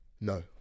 No